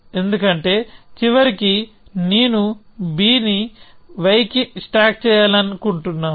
ఎందుకంటే చివరికి నేను bని yకి స్టాక్ చేయాలని అనుకుంటున్నాను